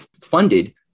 funded